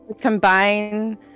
Combine